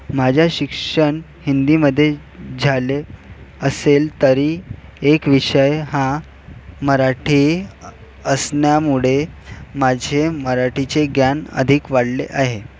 माझ्या शिक्षण हिंदीमध्ये झाले असेल तरी एक विषय हा मराठी असण्यामुळे माझे मराठीचे ज्ञान अधिक वाढले आहे